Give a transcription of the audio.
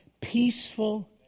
peaceful